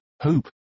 hope